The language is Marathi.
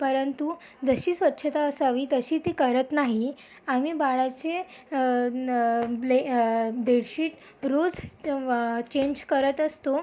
परंतु जशी स्वच्छता असावी तशी ती करत नाही आम्ही बाळाचे न ब्ले बेडशीट रोज तेंव चेंज करत असतो